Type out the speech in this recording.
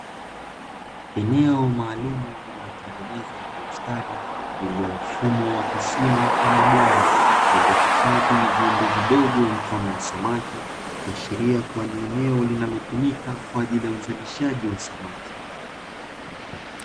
Eneo maalumu lililotengenezwa kwa ustadi, lililo mfumo wa kisima ama bwawa, lililohifadhi viumbe vidogo mfano wa samaki ikiashiria ni eneo linalotumika kwa ajili ya uzalishaji wa samaki.